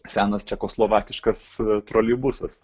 senas čekoslovakiškas troleibusas